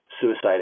suicide